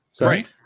Right